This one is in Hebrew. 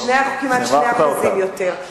כמעט 2% יותר.